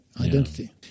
identity